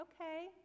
okay